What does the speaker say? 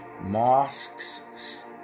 mosques